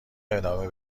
ادامه